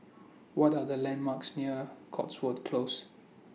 What Are The landmarks near Cotswold Close